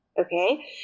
Okay